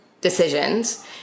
decisions